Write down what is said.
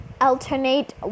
alternate